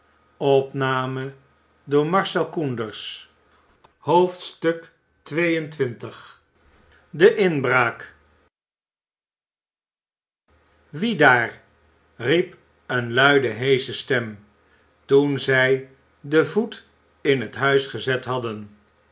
de inbkaak wie daar riep een luide heesche stem toen zij den voet in het huis gezet hadden